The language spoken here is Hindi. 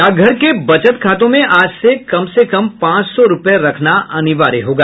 डाकघर के बचत खातों में आज से कम से कम पांच सौ रूपये रखना अनिवार्य होगा